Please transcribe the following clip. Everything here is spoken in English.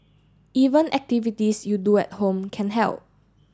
even activities you do at home can help